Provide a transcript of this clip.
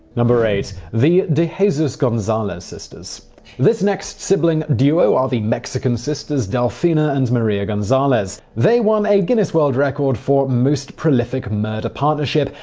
eight. the de jesus gonzalez sisters this next sibling duo are the mexican sisters delfina and maria gonzalez. they won a guinness world record for most prolific murder partnership?